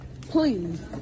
Please